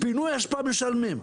פינוי אשפה משלמים.